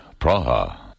Praha